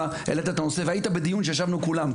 העלת את הנושא והיית בדיון שישבנו כולם,